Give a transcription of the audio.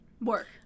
Work